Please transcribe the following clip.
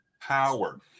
power